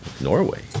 Norway